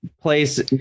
place